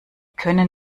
können